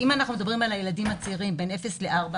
אם אנחנו מדברים על הילדים הצעירים, בין אפס לארבע